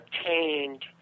obtained